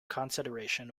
consideration